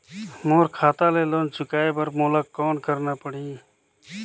मोर खाता ले लोन चुकाय बर मोला कौन करना पड़ही?